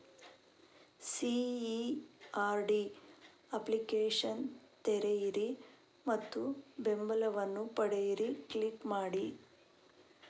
CERD application ತೆರೆಯಿರಿ ಮತ್ತು ಬೆಂಬಲವನ್ನು ಪಡೆಯಿರಿ ಕ್ಲಿಕ್ ಮಾಡಿ